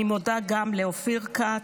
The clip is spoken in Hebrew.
אני מודה גם לאופיר כץ,